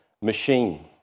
machine